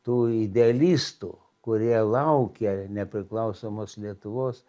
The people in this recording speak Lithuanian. tų idealistų kurie laukė nepriklausomos lietuvos